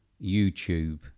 YouTube